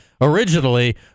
originally